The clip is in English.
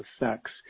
effects